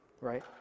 right